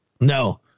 No